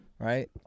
Right